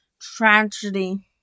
tragedy